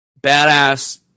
badass